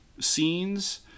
Scenes